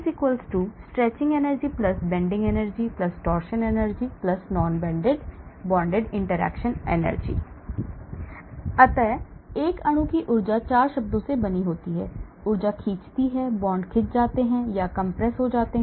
Energy Stretching energy Bending energy Torsion energy Non bonded interaction energy अतः एक अणु की ऊर्जा 4 शब्दों से बनी होती है ऊर्जा खींचती है bond खिंच जाता है या compress हो जाता है